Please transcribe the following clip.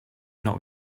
not